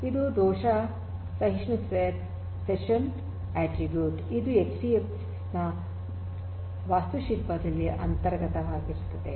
ಇದು ದೋಷ ಸಹಿಷ್ಣು ಸೆಷನ್ ಅಟ್ರಿಬ್ಯೂಟ್ ಇದು ಎಚ್ಡಿಎಫ್ಎಸ್ ವಾಸ್ತುಶಿಲ್ಪದಲ್ಲಿ ಅಂತರ್ಗತವಾಗಿರುತ್ತದೆ